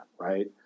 right